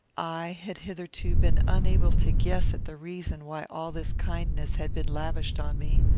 i had hitherto been unable to guess at the reason why all this kindness had been lavished on me.